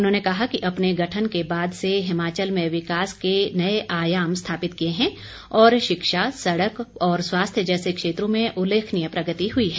उन्होंने कहा कि अपने गठन के बाद से हिमाचल में विकास के नए आयाम स्थापित किए हैं और शिक्षा सड़क और स्वास्थ्य जैसे क्षेत्रों में उल्लेखनीय प्रगति हुई है